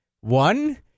one